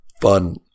fun